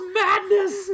madness